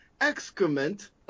excrement